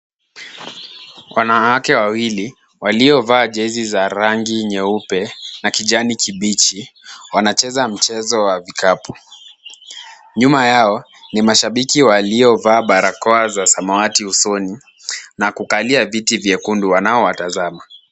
Wanawake wawili waliovaa jezi za rangi nyeupe na kijani kibichi wanacheza mchezo wa vikapu. Nyuma yao ni mashibiki waliovaa barakoa za samawati usoni na kukalia viti vyekundu wanaowatazama.